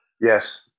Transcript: Yes